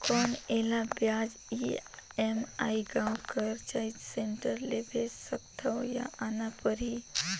कौन एला ब्याज ई.एम.आई गांव कर चॉइस सेंटर ले भेज सकथव या आना परही?